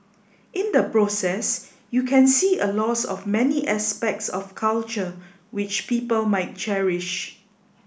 in the process you can see a loss of many aspects of culture which people might cherish